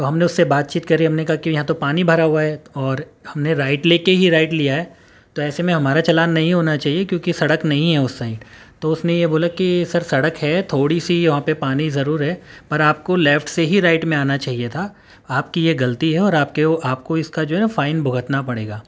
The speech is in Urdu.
تو ہم نے اس سے بات چیت کری ہم نے کہا کہ یہاں تو پانی بھرا ہوا ہے اور ہم نے رائٹ لے کے ہی رائٹ لیا ہے تو ایسے میں ہمارا چلان نہیں ہونا چاہیے کیونکہ سڑک نہیں ہے اس سائیڈ تو اس نے یہ بولا کہ سر سڑک ہے تھوڑی سی وہاں پر پانی ضرور ہے پر آپ کو لیفٹ سے ہی رائٹ میں آنا چاہیے تھا آپ کی یہ غلطی ہے اور آپ کو اس کا جو ہے نا فائن بھگتنا پڑے گا